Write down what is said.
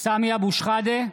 נגד סמי אבו שחאדה,